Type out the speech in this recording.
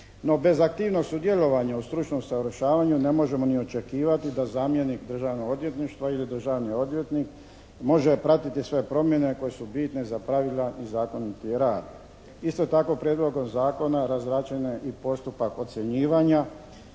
No, bez aktivnog sudjelovanja u stručnom usavršavanju ne možemo ni očekivati da zamjenik Državnog odvjetništva ili državni odvjetnik može pratiti sve promjene koje su bitne za pravilan i zakoniti rad. Isto tako, prijedlogom zakona razrađen je i postupak ocjenjivanja